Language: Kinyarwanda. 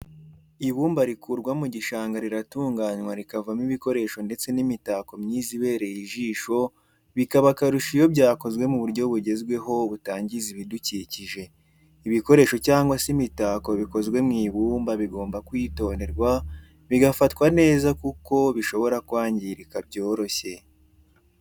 Ibumba rikurwa mu gishanga riratunganywa rikavamo ibikoresho ndetse n'imitako myiza ibereye ijisho bikaba akarusho iyo byakozwe mu buryo bugezweho butangiza ibidukikije. ibikoresho cyangwa se imitako bikozwe mu ibumba bigomba kwitonderwa bigafatwa neza kuko bishobora kwangirika byoroshye.